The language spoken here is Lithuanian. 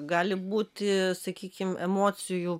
gali būti sakykim emocijų